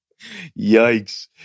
Yikes